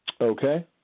Okay